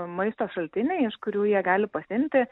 maisto šaltiniai iš kurių jie gali pasiimti